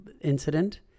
incident